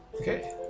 Okay